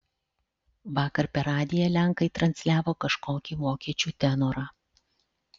vakar per radiją lenkai transliavo kažkokį vokiečių tenorą